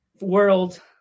world